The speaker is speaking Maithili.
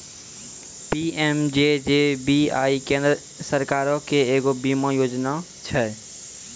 पी.एम.जे.जे.बी.वाई केन्द्र सरकारो के एगो बीमा योजना छै